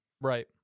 Right